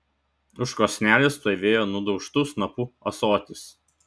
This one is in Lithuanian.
už krosnelės stovėjo nudaužtu snapu ąsotis